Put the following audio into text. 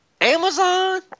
Amazon